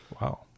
Wow